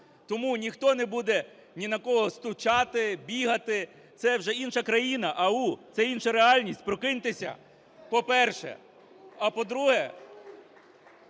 тому ніхто не буде ні на кого "стучати" бігати – це вже інша країна. Ау! Це інша реальність, прокиньтеся, по-перше. А по-друге...